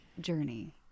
journey